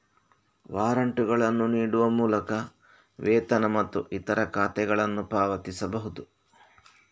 ವಾರಂಟುಗಳನ್ನು ನೀಡುವ ಮೂಲಕ ವೇತನ ಮತ್ತು ಇತರ ಖಾತೆಗಳನ್ನು ಪಾವತಿಸಬಹುದು